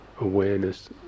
awareness